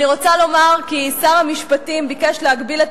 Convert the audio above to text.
אני רוצה לומר כי שר המשפטים ביקש להגביל את